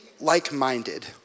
like-minded